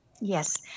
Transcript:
Yes